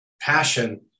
passion